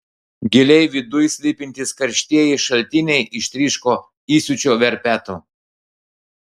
giliai viduj slypintys karštieji šaltiniai ištryško įsiūčio verpetu